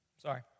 Sorry